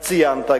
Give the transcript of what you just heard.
ציינת,